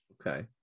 Okay